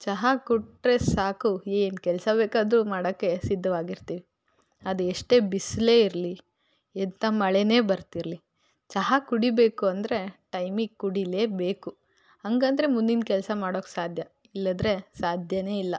ಚಹಾ ಕೊಟ್ಟರೆ ಸಾಕು ಏನು ಕೆಲಸ ಬೇಕಾದರೂ ಮಾಡೋಕ್ಕೆ ಸಿದ್ಧವಾಗಿರ್ತೀವಿ ಅದೆಷ್ಟೇ ಬಿಸಿಲೇ ಇರಲಿ ಎಂಥಾ ಮಳೆನೇ ಬರ್ತಿರ್ಲಿ ಚಹಾ ಕುಡಿಬೇಕು ಅಂದರೆ ಟೈಮಿಗೆ ಕುಡಿಲೇ ಬೇಕು ಹಾಗಂದ್ರೆ ಮುಂದಿನ ಕೆಲಸ ಮಾಡೋಕ್ಕೆ ಸಾಧ್ಯ ಇಲ್ಲದ್ರೆ ಸಾಧ್ಯನೇ ಇಲ್ಲ